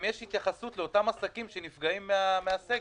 אם יש התייחסות לאותם עסקים שנפגעים מן הסגר.